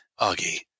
Augie